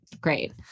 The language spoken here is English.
great